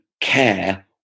care